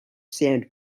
sand